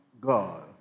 God